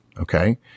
okay